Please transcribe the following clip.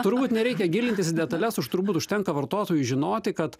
turbūt nereikia gilintis į detales už turbūt užtenka vartotojui žinoti kad